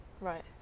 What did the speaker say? Right